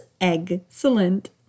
excellent